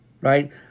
right